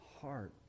heart